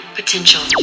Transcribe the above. potential